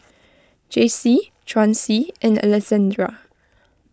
Jaycee Chauncy and Alessandra